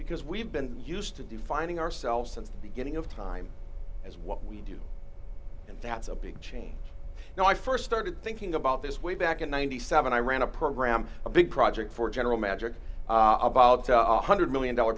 because we've been used to defining ourselves since the beginning of time as what we do and that's a big change now i st started thinking about this way back in ninety seven dollars i ran a program a big project for general magic about one hundred million dollar